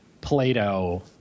Plato